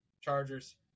Chargers